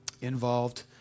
involved